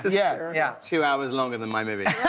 yeah yeah two hours longer than my movie.